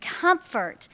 comfort